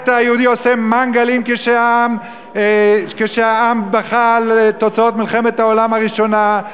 הסקטור היהודי עושה מנגלים כשהעם בוכה על תוצאות מלחמת העולם הראשונה,